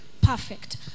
Perfect